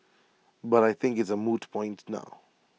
but I think it's A moot point now